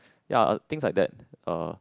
ya things like that uh